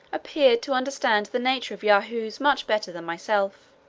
appeared to understand the nature of yahoos much better than myself.